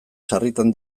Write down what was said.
sarritan